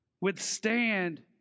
Withstand